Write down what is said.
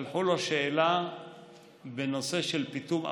שלחו לו שאלה בנושא של פיטום אווזים.